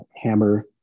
hammer